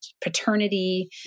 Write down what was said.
paternity